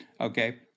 Okay